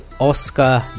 Oscar